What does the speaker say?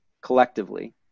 collectively